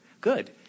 Good